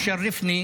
לכבוד הוא לי